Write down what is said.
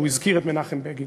הוא הזכיר את מנחם בגין.